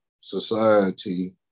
society